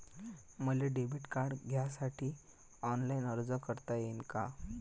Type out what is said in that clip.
मले debit card घ्यासाठी online अर्ज करता येते का?